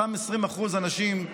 לאותם אנשים,